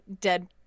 dead